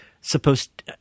supposed